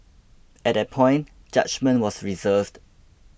at that point judgement was reserved